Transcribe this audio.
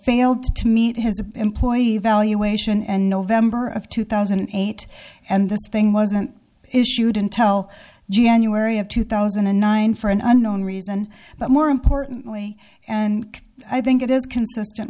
failed to meet his employees evaluation and november of two thousand and eight and this thing wasn't issued until january of two thousand and nine for an unknown reason but more importantly and i think it is consistent